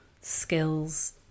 skills